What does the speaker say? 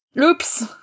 oops